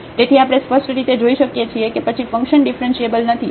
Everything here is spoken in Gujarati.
તેથી આપણે સ્પષ્ટ રીતે જોઈ શકીએ છીએ કે પછી ફંકશન ઙીફરન્શીએબલ નથી અથવા કંટીન્યુ નથી